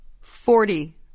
forty